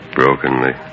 brokenly